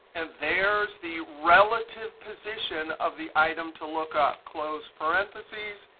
and there's the relative position of the item to look up, close parentheses,